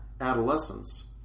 adolescence